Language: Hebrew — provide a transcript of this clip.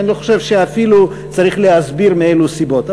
ואני לא חושב שאפילו צריך להסביר מאילו סיבות.